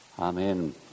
Amen